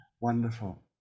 Wonderful